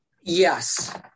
Yes